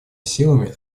силами